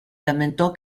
lamentò